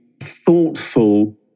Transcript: thoughtful